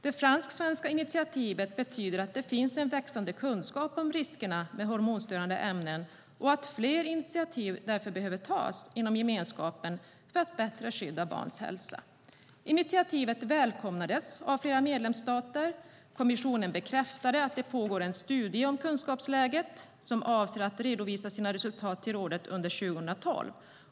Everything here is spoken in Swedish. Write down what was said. Det fransk-svenska initiativet betyder att det finns en växande kunskap om riskerna med hormonstörande ämnen och att fler initiativ därför behöver tas inom gemenskapen för att bättre skydda barns hälsa. Initiativet välkomnades av flera medlemsstater. Kommissionen bekräftade att det pågår en studie om kunskapsläget och att resultaten ska redovisas 2012.